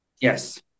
Yes